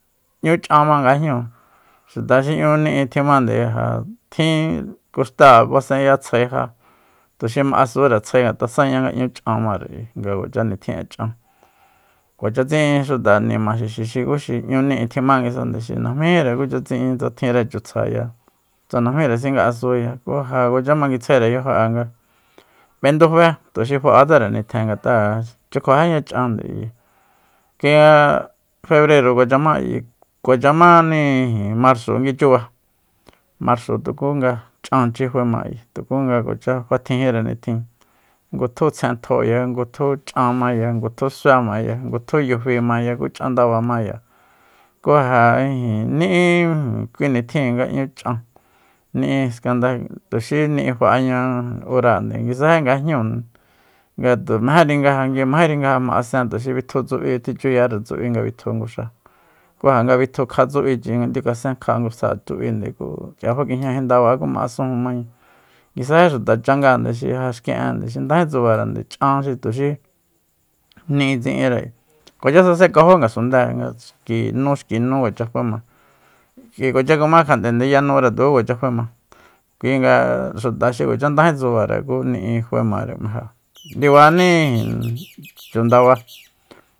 'Ñú ch'an ma nga jñúu xuta xi 'ñu ni'i tjimande ja tjin kuxtáa basenya tsjae ja tuxi ma asure tsjae ngat'a sanña nga 'ñú ch'an mare ayi nga kuacha nitjin'e ch'an kuacha tsi'in xuta nima xixi xukuxi 'ñu ni'i tjimá nguisande xi najmíjire kucha tsi'in tsa tjinre chutsjaya tsa najmíre singa asuya ku ja kuacha manguitsjaere yajo'e nga b'endufé tuxi fa'atsere nitjen ngat'a chukjuajíña ch'annde ayi kuinga febrero kuacha ma ayi kuacga máni ijin marzo ngui chuba marso tuku nga ch'anchi faema ayi tuku nga kuacha fatjijinre nitjin ngutju tsjen tjóoya ngutju suéma ngutju yufimaya ku ch'andabamaya ku ja ijin ni'i kui nitjin nga 'ñu ch'an ni'i skanda kuxi ni'i fa'aña ura nguisaji nga jñúu ngatu mejéri nga ja nguimajéri nga jama'asen tuxi bitju tsu'bi tjichuyare tsubi nga bitju nguxa ku ja nga bitjukja tsub'ichi nga ndiu kasenkja nguxáa tsub'i ku k'ia fakijñajin ndaba ku ma'asujun maña nguisaji xuta changáa xi xki'en xi ndají tsubarende ch'an xi tuxi nií tsinre kuacha sankajo ngasundée nga xki nu xki nu kuacha kjuama k'ui kuacha kumá kjat'e nde yanúre kuacha kjuaema kui nga xuta xi kuacha ndaji tsubare ku ni'i faemare m'e ja ndibani chundaba